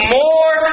more